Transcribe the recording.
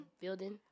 building